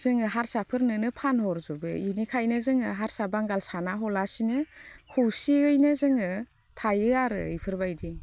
जोङो हारसाफोरनोनो फानहरजोबो बेनिखायनो जोङो हारसा बांगाल साना हवालासिनो खौसेयैनो जोङो थायो आरो बेफोरबायदि